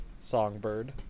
songbird